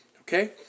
Okay